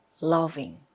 loving